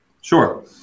Sure